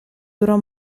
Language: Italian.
durò